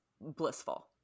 blissful